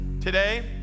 today